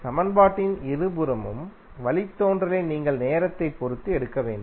சமன்பாட்டின் இருபுறமும் வழித்தோன்றலை நீங்கள் நேரத்தை பொறுத்து எடுக்க வேண்டும்